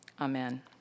Amen